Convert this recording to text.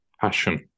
passion